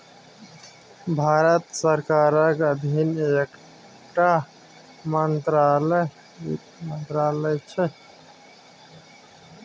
भारत सरकारक अधीन एकटा मंत्रालय बित्त मंत्रालय छै